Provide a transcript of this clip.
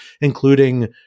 including